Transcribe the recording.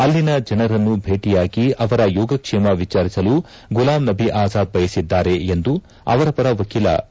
ಅಲ್ಲಿನ ಜನರನ್ನು ಭೇಟಿಯಾಗಿ ಅವರ ಯೋಗಕ್ಷೇಮ ವಿಚಾರಿಸಲು ಗುಲಾಂ ನಬಿ ಆಜಾದ್ ಬಯಸಿದ್ದಾರೆ ಎಂದು ಅವರ ಪರ ಹಿರಿಯ ವಕೀಲ ಎ